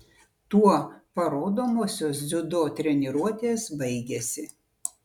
tuo parodomosios dziudo treniruotės baigėsi